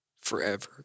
forever